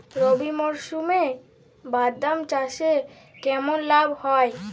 রবি মরশুমে বাদাম চাষে কেমন লাভ হয়?